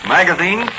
Magazine